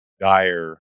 dire